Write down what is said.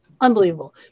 Unbelievable